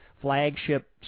flagship